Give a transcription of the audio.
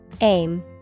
Aim